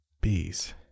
Bees